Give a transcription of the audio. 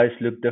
look